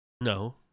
No